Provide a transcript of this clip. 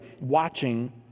watching